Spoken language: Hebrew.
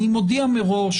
אני מודיע מראש,